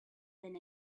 been